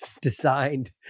designed